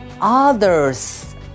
others